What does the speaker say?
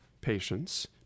patients